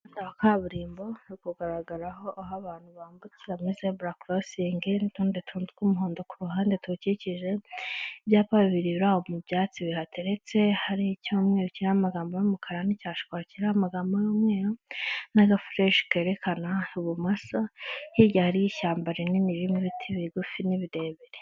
Umuhanda wa kaburimbo uri kugaragaraho aho abantu bambukira muri zebura korosingi n'utundi tuntu tw'umuhondo ku ruhande tuwukikije, ibyapa bibiri biri aho mu byatsi bihateretse hari icy'umweru kitiho amagambo y'umukara n'icya shokora kiriho amagambo umweru n'agafureshi kerekana ibumoso hirya hariyo ishyamba rinini ririmo ibiti bigufi n'birebire.